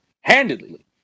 Handedly